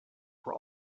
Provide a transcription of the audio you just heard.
were